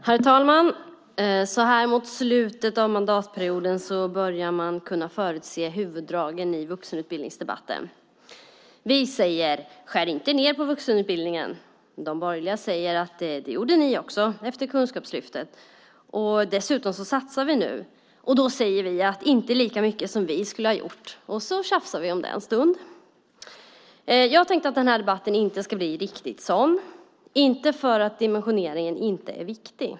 Herr talman! Så här mot slutet av mandatperioden börjar man kunna förutse huvuddragen i vuxenutbildningsdebatten. Vi säger: Skär inte ned på vuxenutbildningen. De borgerliga säger: Det gjorde ni också efter Kunskapslyftet, och dessutom satsar vi nu. Då säger vi: Inte lika mycket som vi skulle ha gjort. Och så tjafsar vi om det en stund. Jag tänkte att den här debatten inte ska bli riktigt sådan, inte för att dimensioneringen inte är viktig.